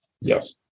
Yes